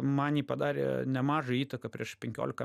man ji padarė nemažą įtaką prieš penkiolika